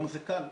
היום זה קל,